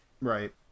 right